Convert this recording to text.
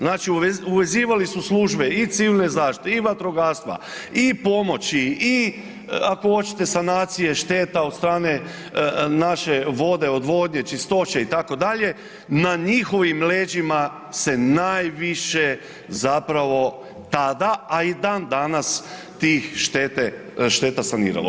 Znači, uvezivali su službe i civilne zaštite i vatrogastva i pomoći i ako hoćete sanacije šteta od strane naše vode, odvodnje, čistoće itd., na njihovim leđima se najviše zapravo tada, a i dan danas tih šteta saniralo.